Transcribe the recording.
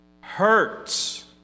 hurts